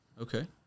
Okay